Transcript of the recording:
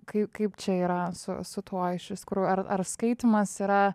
kai kaip čia yra su su tuo išvis ar ar skaitymas yra